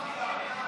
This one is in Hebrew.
לא נתקבלה.